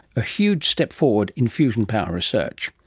a huge step forward in fusion power research